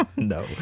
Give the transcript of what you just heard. No